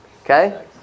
Okay